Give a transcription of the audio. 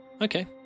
okay